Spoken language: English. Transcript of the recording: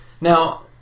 Now